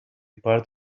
part